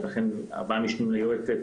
ולכן ארבעה משנים ליועצת